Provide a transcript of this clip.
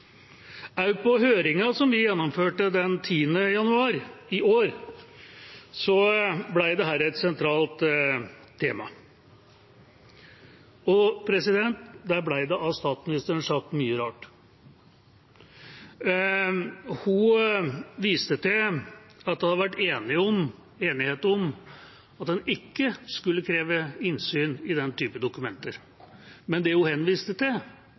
Også på høringen som vi gjennomførte den 10. januar i år, ble dette et sentralt tema. Der ble det sagt mye rart av statsministeren. Hun viste til at det hadde vært enighet om at en ikke skulle kreve innsyn i den typen dokumenter, men det hun henviste til,